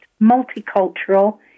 multicultural